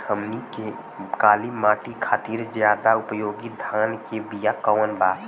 हमनी के काली माटी खातिर ज्यादा उपयोगी धान के बिया कवन बा?